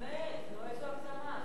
באמת, נו, איזו הגזמה.